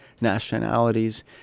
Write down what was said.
nationalities